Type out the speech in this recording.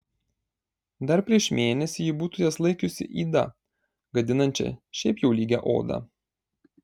dar prieš mėnesį ji būtų jas laikiusi yda gadinančia šiaip jau lygią odą